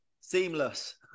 Seamless